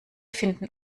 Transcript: finden